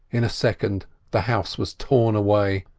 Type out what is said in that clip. in a second the house was torn away,